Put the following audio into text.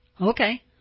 Okay